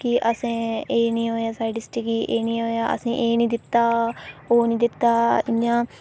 कि असें एह् निं होआ एह् निं होआ साढ़ी डिस्ट्रिक्ट गी एह् निं होआ असें ई एह् निं दित्ता ओह् निं दित्ता इं'या